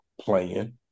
playing